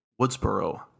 Woodsboro